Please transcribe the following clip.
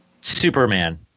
Superman